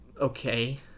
okay